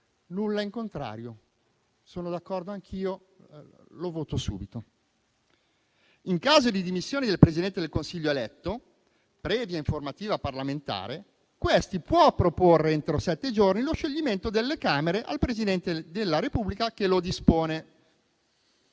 Nulla in contrario, sono d'accordo anch'io, lo voto subito. L'articolo prosegue stabilendo che: «In caso di dimissioni del Presidente del Consiglio eletto, previa informativa parlamentare, questi può proporre, entro sette giorni, lo scioglimento delle Camere al Presidente della Repubblica, che lo dispone.